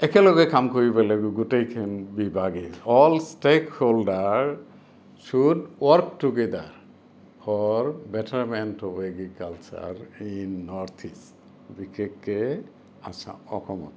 একেলগে কাম কৰি পেলাই গোটেইখন বিভাগে all stakeholder should work together for betterment of agriculture in North East বিশেষকে আসাম অসমত